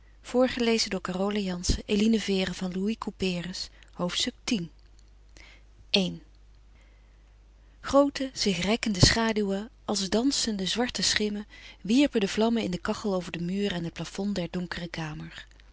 x i groote zich rekkende schaduwen als dansende zwarte schimmen wierpen de vlammen in de kachel over den muur en het plafond der donkere kamer